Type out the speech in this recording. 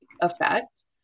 effect